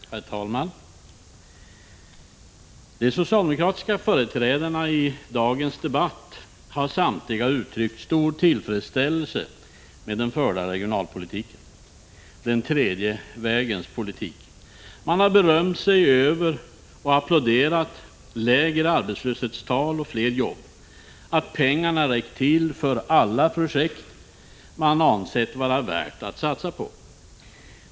Herr talman! De socialdemokratiska företrädarna i dagens debatt har samtliga uttryckt stor tillfredsställelse med den förda regionalpolitiken, den tredje vägens politik. Man har berömt sig av och applåderat lägre arbetslöshetstal och fler jobb och att pengarna räckt till för alla projekt man ansett vara värda att satsa på.